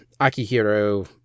Akihiro